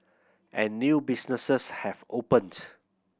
and new businesses have opened